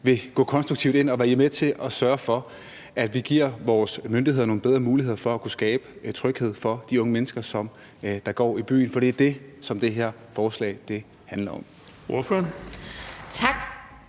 vil gå konstruktivt ind og være med til at sørge for, at vi giver vores myndigheder nogle bedre muligheder for at kunne skabe tryghed for de unge mennesker, der går i byen. For det er det, som det her forslag handler om.